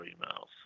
emails